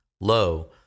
lo